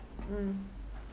mm